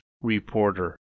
reporter